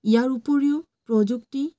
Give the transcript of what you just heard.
ইয়াৰ উপৰিও প্ৰযুক্তি